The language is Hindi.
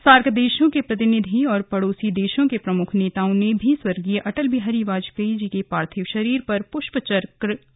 सार्क देशों के प्रतिनिधि और पड़ोसी देशों के प्रमुख नेताओं ने भी स्वर्गीय अटल विहारी बाजपेयी के पार्थिव शरीर पर पुष्पचक्र अर्पित किए